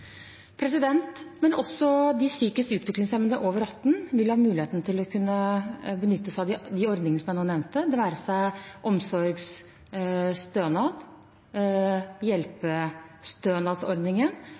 Også de psykisk utviklingshemmede over 18 år vil ha mulighet til å benytte seg av de ordningene som jeg nå nevnte, det være seg omsorgsstønad,